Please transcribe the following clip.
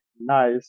nice